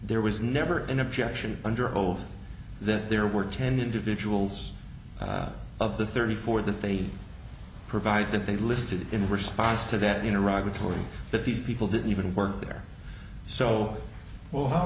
there was never an objection under oath that there were ten individuals of the thirty four that they provide that they listed in response to that in arriving to him that these people didn't even work there so well how